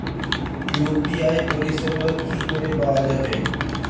UPI পরিষেবা কি করে পাওয়া যাবে?